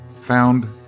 found